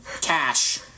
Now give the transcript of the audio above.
cash